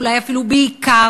ואולי אפילו בעיקר,